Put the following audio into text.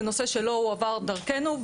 זה נושא שלא הועבר דרכנו,